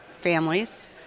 families